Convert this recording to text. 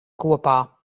kopā